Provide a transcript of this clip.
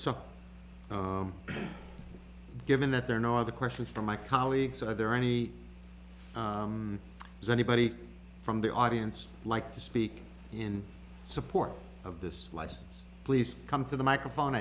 so given that there are no other questions from my colleagues are there any does anybody from the audience like to speak in support of this license please come to the microphone